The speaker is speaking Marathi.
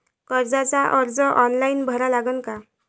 कर्जाचा अर्ज ऑनलाईन भरा लागन का?